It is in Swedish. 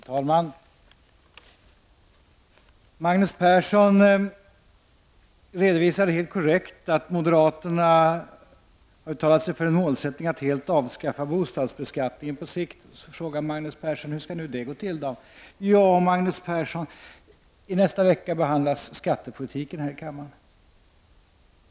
Fru talman! Magnus Persson redovisade helt korrekt att moderaterna har uttalat sig för målsättningen att på sikt avskaffa bostadsbeskattningen. Magnus Persson frågar hur det skall gå till. I nästa vecka kommer skattepolitiken att behandlas här i kammaren.